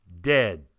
dead